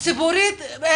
וגם ציבורית.